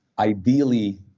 Ideally